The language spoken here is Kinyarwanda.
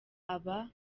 aba